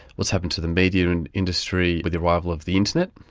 what's happened to the media and industry with the arrival of the internet.